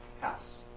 house